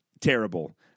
terrible